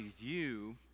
view